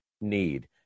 need